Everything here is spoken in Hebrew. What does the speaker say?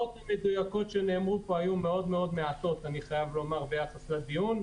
כמות העובדות המדויקות שנאמרו פה היו מעטות מאוד ביחס לדיון.